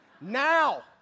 Now